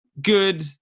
good